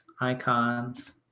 icons